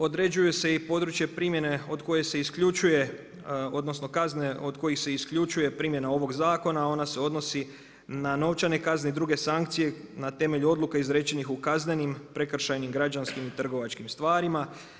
Određuje se i područje primjene od koje se isključuje, odnosno, kaznene od koje se isključuje primjena ovog zakona, ona se odnosi na novčane kazne i druge sankcije na temelju odluka izrečenih u kaznenim, prekršajnim, građanskim i trgovačkim stvarima.